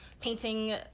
painting